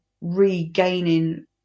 regaining